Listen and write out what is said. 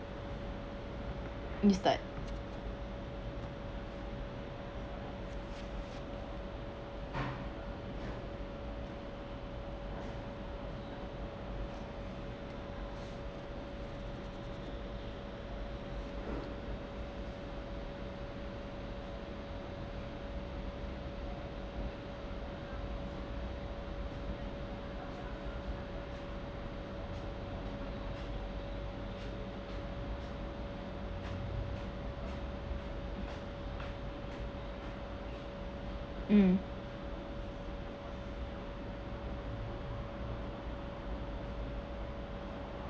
me start um